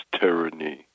tyranny